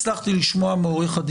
בחמור.